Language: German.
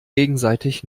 gegenseitig